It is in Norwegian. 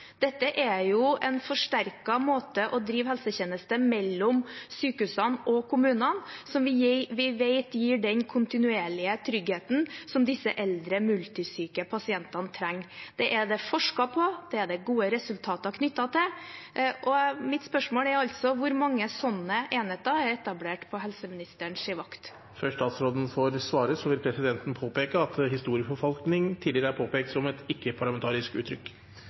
Dette er jo en forsterket måte å drive helsetjenester mellom sykehusene og kommunene på som vi vet gir den kontinuerlige tryggheten som disse eldre, multisyke pasientene trenger. Det er det forsket på, og det er det gode resultater knyttet til. Mitt spørsmål er altså: Hvor mange slike enheter er etablert på helseministerens vakt? Før statsråden får svare, vil presidenten påpeke at «historieforfalskning» tidligere er påpekt som et ikke-parlamentarisk uttrykk.